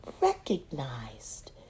recognized